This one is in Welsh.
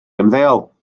ymddeol